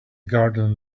garden